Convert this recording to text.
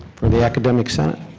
for the academic senate.